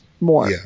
more